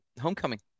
homecoming